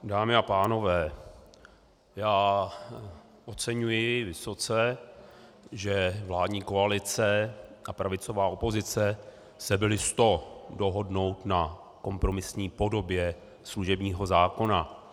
Dámy a pánové, já oceňuji vysoce, že vládní koalice a pravicová opozice se byly s to dohodnout na kompromisní podobě služebního zákona.